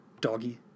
Doggy